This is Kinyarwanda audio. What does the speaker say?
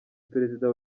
perezida